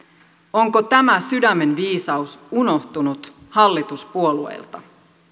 onko tämä sydämen viisaus unohtunut hallituspuolueilta